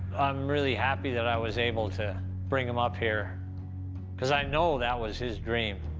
i'm really happy that i was able to bring him up here cause i know that was his dream.